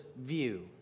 view